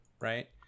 right